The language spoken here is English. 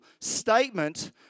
statement